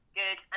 good